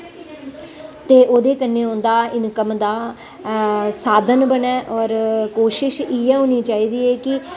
ते ओह्दे कन्नै ओह्दा इनकम दा साधन बने होर कोशिश इ'यै होनी चाहिदी ऐ कि